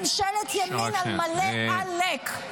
ממשלת ימין על מלא עלק.